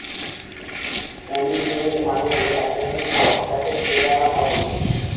pomegranate মানে হল এক ধরনের ফল যাকে বেদানা বলে